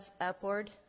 Upward